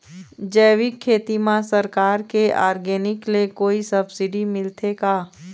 जैविक खेती म सरकार के ऑर्गेनिक ले कोई सब्सिडी मिलथे का?